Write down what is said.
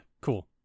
Cool